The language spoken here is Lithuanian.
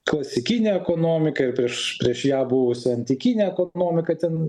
klasikinė ekonomika ir prieš prieš ją buvusi antikinė ekonomika ten